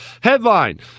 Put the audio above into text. Headline